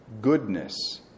goodness